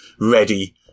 ready